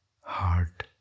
heart